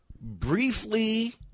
briefly –